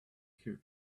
here